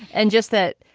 and just that.